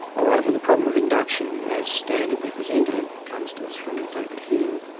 alright. well the problem of induction as standardly presented, comes to us from david hume.